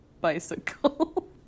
bicycle